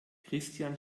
christian